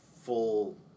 full